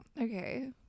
Okay